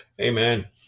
Amen